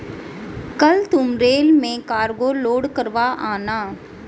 कल तुम रेल में कार्गो लोड करवा आना